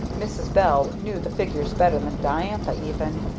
mrs. bell knew the figures better than diantha, even,